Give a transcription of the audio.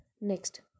Next